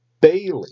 Bailey